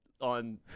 On